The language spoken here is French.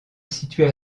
située